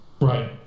Right